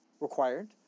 required